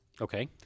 Okay